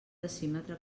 decímetre